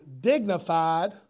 dignified